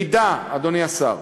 אם, אדוני השר,